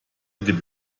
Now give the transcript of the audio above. dem